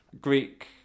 Greek